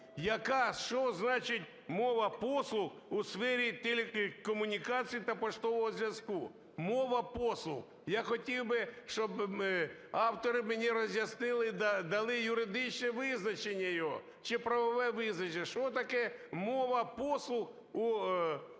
Яка? Що значить "мова послуг у сфері телекомунікацій та поштового зв'язку"? "Мова послуг". Я хотів би, щоби автори мені роз'яснили, дали юридичне визначення його чи правове визначення, що таке "мова послуг у